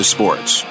Sports